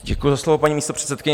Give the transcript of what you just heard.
Děkuji za slovo, paní místopředsedkyně.